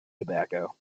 tobacco